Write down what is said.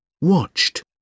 watched